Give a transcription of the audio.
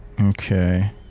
Okay